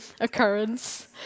occurrence